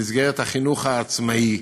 במסגרת החינוך העצמאי,